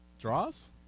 Draws